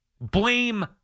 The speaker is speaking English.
blame